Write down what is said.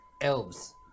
Elves